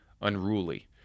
unruly